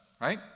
right